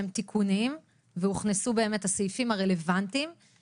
התוכנית היא תוכנית טיפול גם לטווח המיידי וגם לטווח הרחוק.